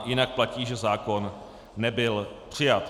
Jinak platí, že zákon nebyl přijat.